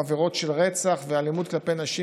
ועבירות של רצח ואלימות כלפי נשים,